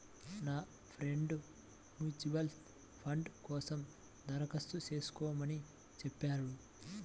నా friend mutual fund కోసం దరఖాస్తు చేస్కోమని చెప్పాడు